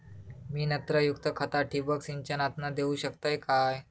मी नत्रयुक्त खता ठिबक सिंचनातना देऊ शकतय काय?